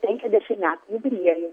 penkiasdešim metų jubiliejų